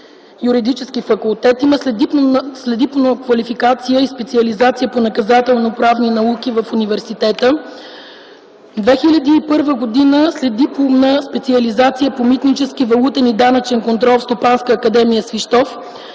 Юридически факултет. Има следдипломна квалификация и специализация по наказателноправни науки в университета. През 2001 г. – следдипломна специализация по митнически, валутен и данъчен контрол в Стопанска академия – Свищов,